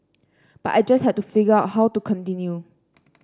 but I just had to figure out how to continue